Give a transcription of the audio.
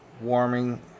warming